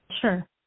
Sure